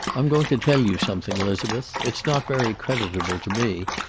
i'm going to tell you something, elizabeth. it's not very creditable to me,